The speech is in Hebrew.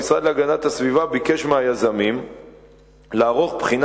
המשרד להגנת הסביבה ביקש מהיזמים לערוך בחינה